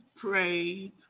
pray